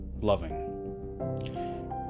loving